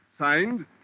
Signed